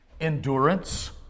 endurance